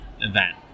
event